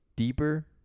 deeper